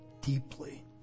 deeply